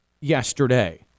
yesterday